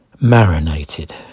marinated